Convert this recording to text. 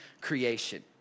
creation